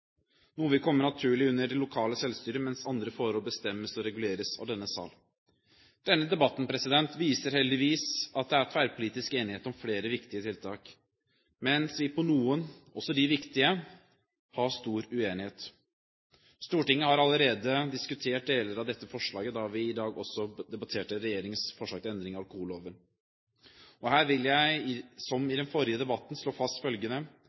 Noe vil komme naturlig under det lokale selvstyret, mens andre forhold bestemmes og reguleres av denne sal. Denne debatten viser heldigvis at det er tverrpolitisk enighet om flere viktige tiltak, mens vi på noen, også de viktige, har stor uenighet. Stortinget har allerede diskutert deler av dette forslaget da vi i dag også debatterte regjeringens forslag til endringer i alkoholloven. Her vil jeg, som i den forrige debatten, slå fast følgende: